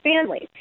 families